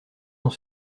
dans